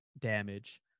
damage